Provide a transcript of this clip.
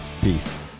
Peace